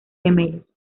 gemelos